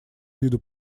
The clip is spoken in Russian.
виду